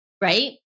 right